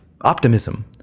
optimism